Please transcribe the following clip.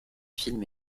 film